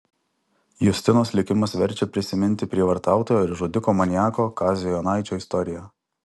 justinos likimas verčia prisiminti prievartautojo ir žudiko maniako kazio jonaičio istoriją